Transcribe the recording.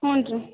ಹ್ಞೂ ರೀ